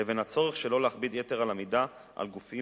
לבין הצורך שלא להכביד יתר על המידה על גופים